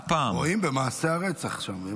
דווקא הפעם --- רואים במעשי הרצח שם.